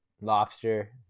lobster